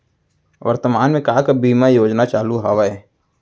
वर्तमान में का का बीमा योजना चालू हवये